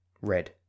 Red